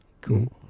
Cool